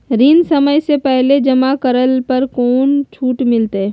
ऋण समय से पहले जमा करला पर कौनो छुट मिलतैय?